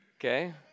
Okay